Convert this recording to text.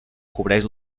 cobreix